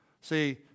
See